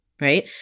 right